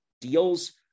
deals